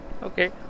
Okay